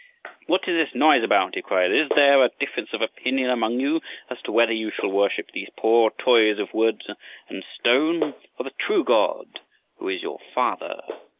what is this noise about? he cried. is there a difference of opinion among you as to whether you shall worship these poor toys of wood and stone, or the true god who is your father?